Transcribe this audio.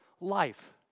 life